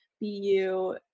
BU